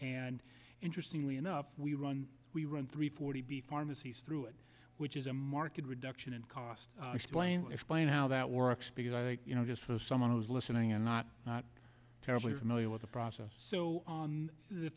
and interestingly enough we run we run three forty b pharmacies through it which is a market reduction and cost explain explain how that works because i you know just so someone was listening and not not terribly familiar with the process so